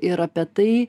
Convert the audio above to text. ir apie tai